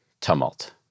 tumult